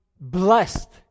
blessed